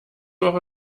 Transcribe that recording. woche